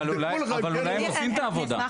אבל אולי, אבל אולי הם עושים את העבודה.